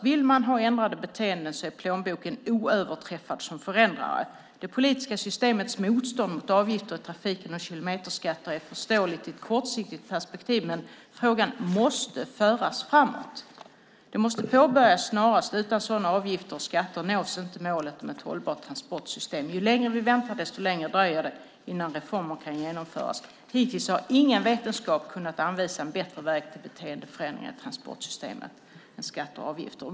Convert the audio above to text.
Vill vi ha ändrade beteenden är plånboken oöverträffad som förändrare. Det politiska systemets motstånd mot avgifter i trafiken och kilometerskatter är förståeligt i ett kortsiktigt perspektiv men frågan måste föras framåt. Detta måste påbörjas snarast. Utan sådana avgifter och skatter nås inte målet med ett hållbart transportsystem. Ju längre vi väntar, desto längre dröjer det innan reformer kan genomföras. Hittills har ingen vetenskap kunnat anvisa en bättre väg till beteendeförändringar i transportsystemen än skatter och avgifter.